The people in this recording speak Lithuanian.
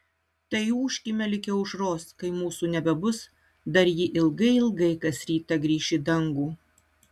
tai ūžkime lig aušros kai mūsų nebebus dar ji ilgai ilgai kas rytą grįš į dangų